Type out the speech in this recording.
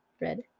Red